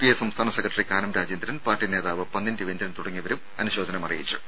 I സംസ്ഥാന സെക്രട്ടറി കാനം രാജേന്ദ്രൻ പാർട്ടി നേതാവ് പന്ന്യൻ രവീന്ദ്രൻ തുടങ്ങിയവരും അനുശോചനം അറിയിച്ചു